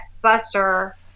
buster